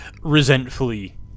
resentfully